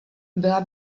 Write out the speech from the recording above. byla